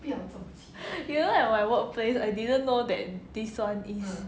you know at my workplace I didn't know that this one is